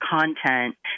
content